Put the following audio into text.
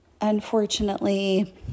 unfortunately